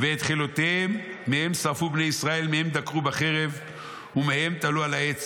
ואת חיילותיהם מהם שרפו בני ישראל מהם דקרו בחרב ומהם תלו על העץ